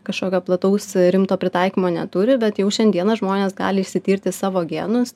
kažkokio plataus rimto pritaikymo neturi bet jau šiandieną žmonės gali išsitirti savo genus